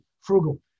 frugal